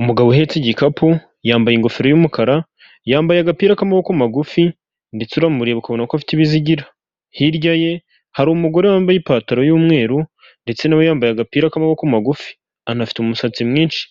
Umugabo uhetse igikapu yambaye ingofero y'umukara yambaye agapira k'amaboko magufi, ndetse uramureba ukubona ko afite ibizigira, hirya ye hari umugore wambaye ipataro y'umweru ndetse na we yambaye agapira k'amaboko magufi, anafite umusatsi mwinshi,